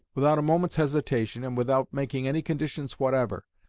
without a moment's hesitation, and without making any conditions whatever,